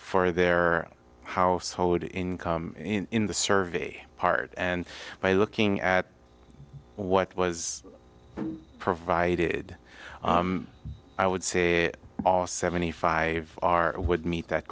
for their household income in the survey part and by looking at what was provided i would say all seventy five are would meet that